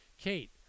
Kate